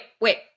wait